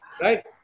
right